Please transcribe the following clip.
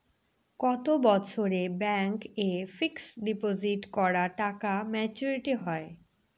কত বছরে ব্যাংক এ ফিক্সড ডিপোজিট করা টাকা মেচুউরিটি হয়?